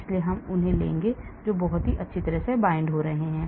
इसलिए हम उन्हें लेंगे जो बहुत अच्छी तरह से बांधते हैं